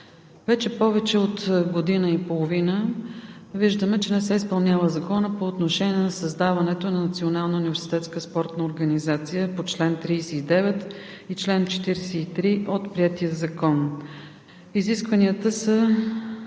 Вече повече от година и половина виждаме, че не се изпълнява Законът по отношение на създаването на Национална университетска спортна организация по чл. 39 и чл. 43 от приетия Закон. Изискванията са